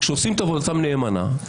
שעושים עבודתם נאמנה,